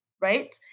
right